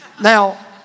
Now